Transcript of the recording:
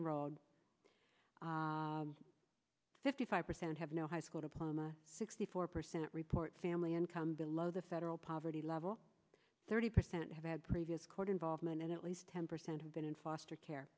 enrolled fifty five percent have no high school diploma sixty four percent report family income below the federal poverty level thirty percent have had previous court involvement in at least ten percent have been in foster care